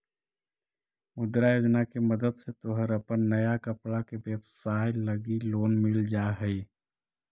मुद्रा योजना के मदद से तोहर अपन नया कपड़ा के व्यवसाए लगी लोन मिल जा हई